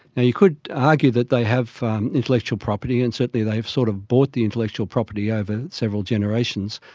and you could argue that they have intellectual property and certainly they have sort of bought the intellectual property over several generations.